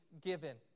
given